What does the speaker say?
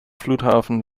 flughafen